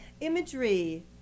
imagery